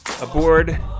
aboard